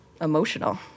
emotional